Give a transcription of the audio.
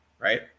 right